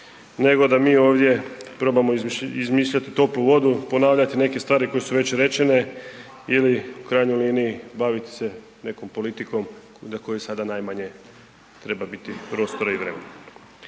nego da mi ovdje probamo izmišljati toplu vodu, ponavljati neke stvari koje su već rečene ili u krajnjoj liniji baviti se nekom politikom za koju sada najmanje treba biti prostora i vremena.